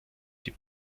die